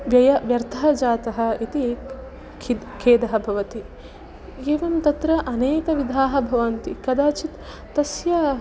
व्यय व्यर्थः जातः इति खिद् खेदः भवति एवं तत्र अनेकविधाः भवन्ति कदाचित् तस्य